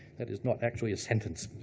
that is not actually a sentence.